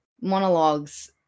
monologues